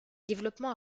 développements